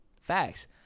Facts